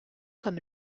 comme